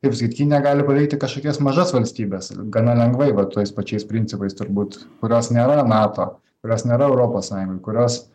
kaip sakyt kinija gali paveikti kažkokias mažas valstybes gana lengvai vat tais pačiais principais turbūt kurios nėra nato kurios nėra europos sąjungoj kurios